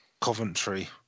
coventry